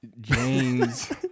james